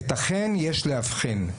את החן יש לאבחן.